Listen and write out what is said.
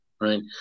right